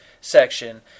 section